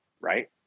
right